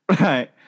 Right